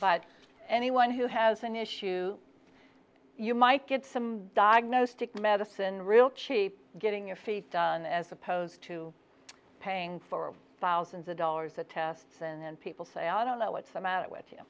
but anyone who has an issue you might get some diagnosed tick medicine real cheap getting your feet done as opposed to paying for thousands of dollars the tests and then people say i don't know what's the matter